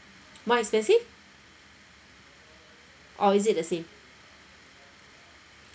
more expensive or is it the same